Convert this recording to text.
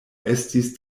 estis